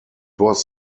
was